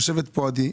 יושבת פה עדי,